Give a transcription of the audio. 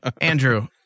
Andrew